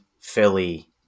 Philly